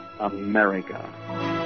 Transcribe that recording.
America